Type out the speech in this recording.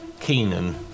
Keenan